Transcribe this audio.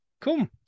cool